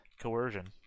coercion